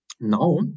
Now